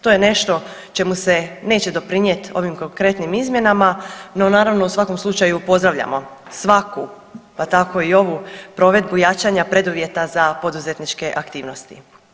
To je nešto čemu se neće doprinijet ovim konkretnim izmjenama, no naravno u svakom slučaju pozdravljamo svaku pa tako i ovu provedbu jačanja preduvjeta za poduzetničke aktivnosti.